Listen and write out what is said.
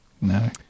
No